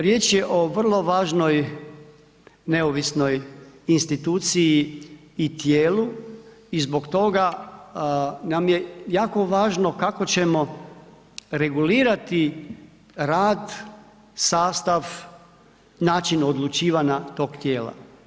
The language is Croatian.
Riječ je o vrlo važnoj neovisnoj instituciji i tijelu i zbog toga nam je jako važno kako ćemo regulirati rad, sastav, način odlučivanja tog tijela.